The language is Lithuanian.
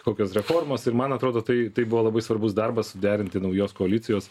kokios reformos ir man atrodo tai tai buvo labai svarbus darbas suderinti naujos koalicijos